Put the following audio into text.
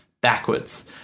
backwards